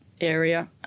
area